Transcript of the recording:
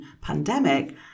pandemic